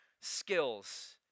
skills